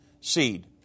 seed